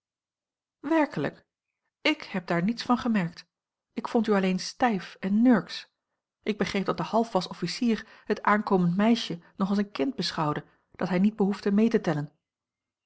werkelijk ik heb daar niets van gemerkt ik vond u alleen stijf en nurks ik begreep dat de halfwas officier het aankomend meisje nog als een kind beschouwde dat hij niet behoefde mee te tellen